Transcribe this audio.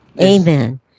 Amen